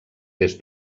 des